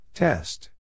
Test